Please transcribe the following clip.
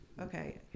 Okay